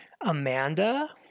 Amanda